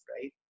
right